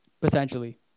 Potentially